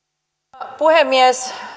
arvoisa puhemies